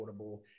affordable